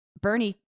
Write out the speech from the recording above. Bernie